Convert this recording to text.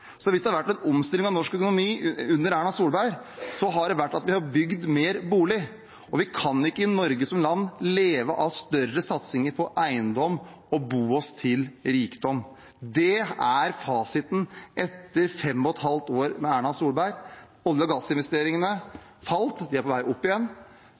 Så hvis det har vært en omstilling av norsk økonomi under Erna Solberg, har det vært at vi har bygd flere boliger, og vi kan i Norge som land ikke leve av større satsing på eiendom og bo oss til rikdom. Dette er fasiten etter fem og et halvt år med Erna Solberg. Olje- og gassinvesteringene falt – de er på vei opp igjen